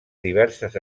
diverses